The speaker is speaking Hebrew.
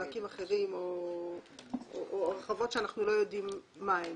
חלקים אחרים או הרחבות שאנחנו לא יודעים מה הן.